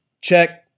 Check